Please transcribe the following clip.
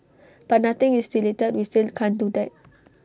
but nothing is deleted we still can't do that